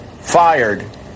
fired